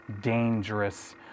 dangerous